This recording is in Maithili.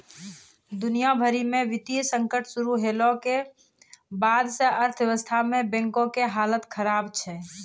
दुनिया भरि मे वित्तीय संकट शुरू होला के बाद से अर्थव्यवस्था मे बैंको के हालत खराब छै